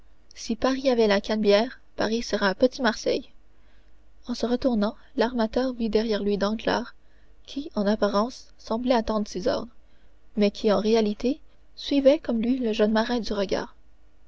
si paris avait la canebière paris serait un petit marseille en se retournant l'armateur vit derrière lui danglars qui en apparence semblait attendre ses ordres mais qui en réalité suivait comme lui le jeune marin du regard